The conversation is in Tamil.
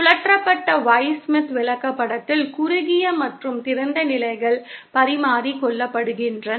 சுழற்றப்பட்ட Y ஸ்மித் விளக்கப்படத்தில் குறுகிய மற்றும் திறந்த நிலைகள் பரிமாறிக்கொள்ளப்படுகின்றன